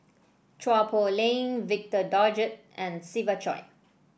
Chua Poh Leng Victor Doggett and Siva Choy